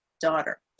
daughter